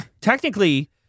Technically